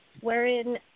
wherein